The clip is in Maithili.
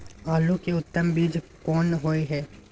आलू के उत्तम बीज कोन होय है?